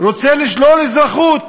רוצה לשלול אזרחות